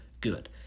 good